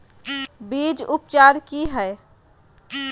बीज उपचार कि हैय?